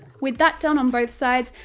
with that done on both sides,